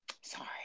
sorry